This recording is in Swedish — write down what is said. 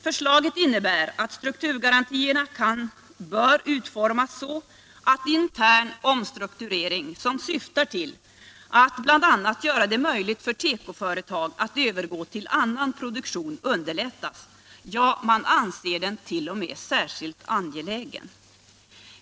Förslaget innebär att strukturgarantierna bör utformas så att intern omstrukturering, som syftar till att bl.a. göra det möjligt för tekoföretag att övergå till annan produktion, underlättas — ja, man anser den t.o.m. särskilt angelägen.